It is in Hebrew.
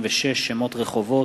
56) (שמות רחובות),